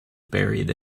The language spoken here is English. buried